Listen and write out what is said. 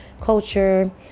culture